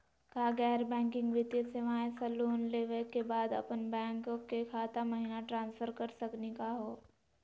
का गैर बैंकिंग वित्तीय सेवाएं स लोन लेवै के बाद अपन बैंको के खाता महिना ट्रांसफर कर सकनी का हो?